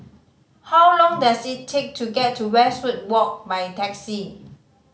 how long does it take to get to Westwood Walk by taxi